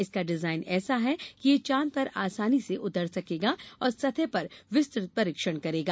इसका डिजाइन ऐसा है कि यह चांद पर आसानी उतर सकेगा और सतह पर विस्तृत परीक्षण करेगा